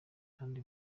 kandi